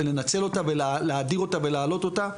ולנצל אותה ולהאדיר אותה ולהעלות אותה.